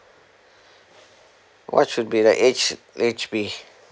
what should be the age age be